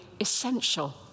essential